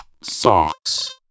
Socks